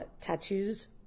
tattoos